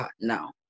now